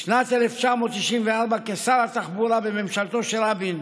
בשנת 1994, כשר התחבורה בממשלתו של רבין,